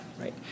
right